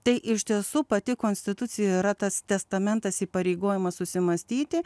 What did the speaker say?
tai iš tiesų pati konstitucija yra tas testamentas įpareigojimas susimąstyti